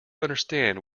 understand